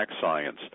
science